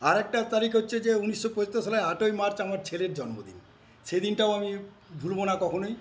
আরেকটা তারিখ হচ্ছে যে উনিশশো পঁচাত্তর সালের আটই মার্চ আমার ছেলের জন্মদিন সেদিনটাও আমি ভুলবো না কখনোই